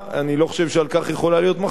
אני לא חושב שעל כך יכולה להיות מחלוקת,